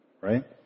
Right